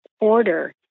order